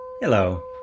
Hello